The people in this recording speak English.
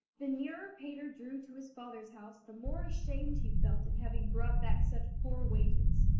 the nearer peter drew to his father's house the more ashamed he felt at having brought back such poor wages.